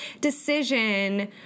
decision